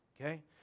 Okay